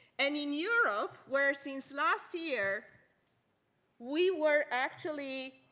and in europe, where since last year we were actually